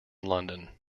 london